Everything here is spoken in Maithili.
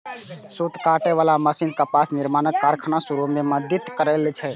सूत काटे बला मशीन कपास निर्माणक कारखाना शुरू मे मदति केलकै